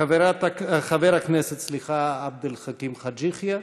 חבר הכנסת עבד אל חכים חאג' יחיא,